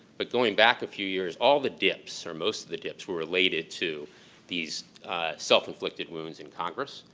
but going back a few years, all the dips or most of the dips were related to these self-inflicted wounds in congress.